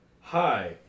Hi